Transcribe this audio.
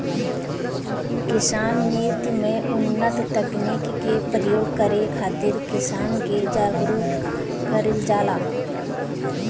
कृषि नीति में उन्नत तकनीकी के प्रयोग करे खातिर किसान के जागरूक कईल जाला